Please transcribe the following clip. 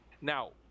Now